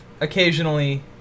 occasionally